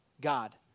God